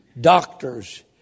doctors